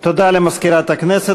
תודה למזכירת הכנסת.